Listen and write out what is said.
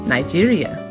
Nigeria